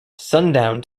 sundown